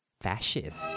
fascist